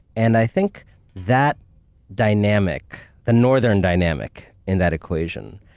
and i think that dynamic, the northern dynamic in that equation,